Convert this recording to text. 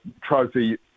trophy